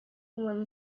when